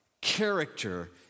Character